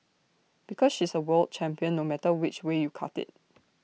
because she's A world champion no matter which way you cut IT